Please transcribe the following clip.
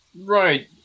Right